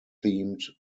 themed